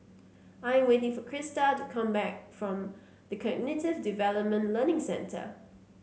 I am waiting for Krysta to come back from The Cognitive Development Learning Centre